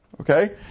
Okay